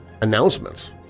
Announcements